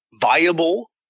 viable